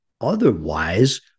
Otherwise